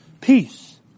Peace